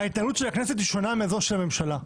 ההתערבות של הכנסת היא שונה מזו של הממשלה.